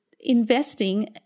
investing